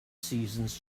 seasons